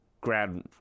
Grand